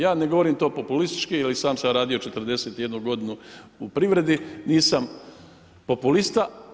Ja ne govorim to populistički, jer i sam sam radio 41 g. u privredi, nisam populista.